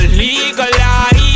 legalize